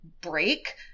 break